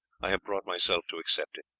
i have brought myself to accept it.